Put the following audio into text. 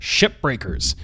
Shipbreakers